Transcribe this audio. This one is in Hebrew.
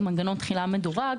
הוא מנגנון תחילה מדורג,